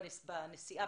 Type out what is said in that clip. בנסיעה,